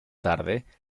tarde